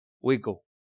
wiggle